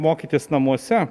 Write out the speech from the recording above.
mokytis namuose